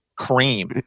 cream